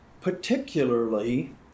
particularly